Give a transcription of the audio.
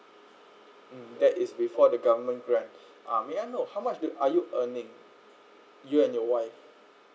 mm that it's before the government grant uh may I know how much do are you earning you and your wife